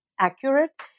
accurate